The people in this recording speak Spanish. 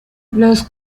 los